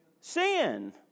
Sin